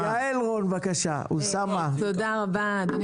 יעל רון בן משה (כחול לבן): תודה רבה, אדוני